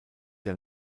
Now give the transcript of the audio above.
der